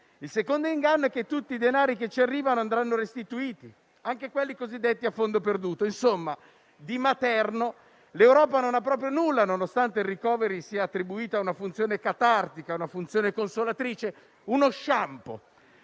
Il secondo inganno è che tutti i denari che ci arrivano andranno restituiti, anche quelli cosiddetti a fondo perduto. Insomma, di materno l'Europa non ha proprio nulla, nonostante al *recovery* sia attribuita una funzione catartica e consolatrice, uno *shampoo*.